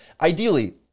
Ideally